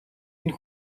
энэ